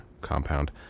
Compound